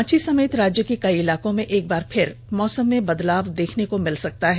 रांची समेत राज्य के कई इलाकों में एकबार फिर मौसम में बदलाव देखने को मिल सकता है